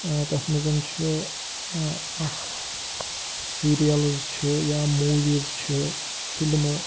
تَتھ منٛزَ چھِ اَکھ سیٖریَلٕز چھِ یا موٗویٖز چھِ فِلمہٕ